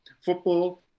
Football